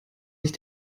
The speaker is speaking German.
sich